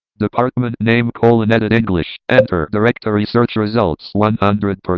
department name colon. edit english. enter. directory search results one hundred.